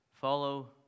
Follow